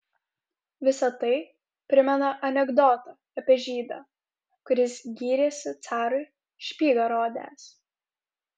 visa tai primena anekdotą apie žydą kuris gyrėsi carui špygą rodęs